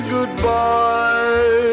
Goodbye